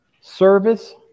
service